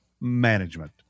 Management